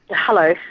hello.